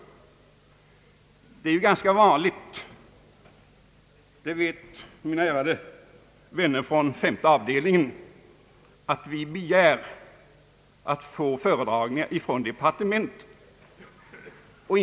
Som mina ärade vänner från utskottets femte avdelning vet är det ganska vanligt att man inom utskottet begär att få föredragningar från vederbörande departement.